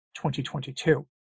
2022